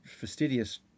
fastidious